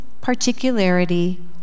particularity